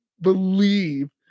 believe